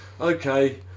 Okay